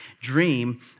dream